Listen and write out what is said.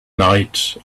night